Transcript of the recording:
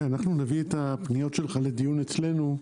אנחנו נביא את הפניות שלך לדיון אצלנו.